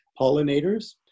pollinators